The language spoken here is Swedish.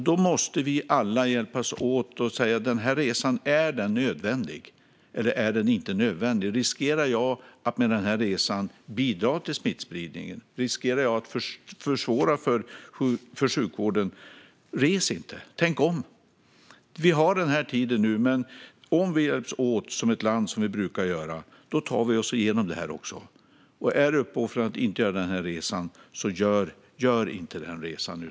Då måste vi alla hjälpas åt och fråga oss: Är den här resan nödvändig, eller är den inte nödvändig? Riskerar jag med den här resan att bidra till smittspridningen? Riskerar jag att försvåra för sjukvården? Res inte! Tänk om! Vi har nu den här tiden. Om vi hjälps åt som ett land, som vi brukar göra, tar vi oss också igenom detta. Är uppoffringen att inte göra den här resan, så gör inte den resan.